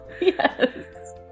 Yes